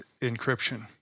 encryption